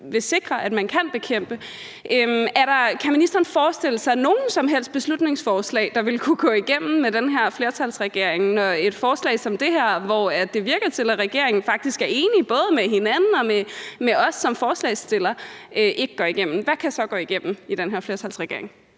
vil sikre at man kan bekæmpe. Kan ministeren forestille sig noget som helst beslutningsforslag, der ville kunne gå igennem med den her flertalsregering, når et forslag som det her – det lader til, at regeringen faktisk er enig både med hinanden og med os som forslagsstillere – ikke går igennem? Hvad kan så gå igennem i den her flertalsregering?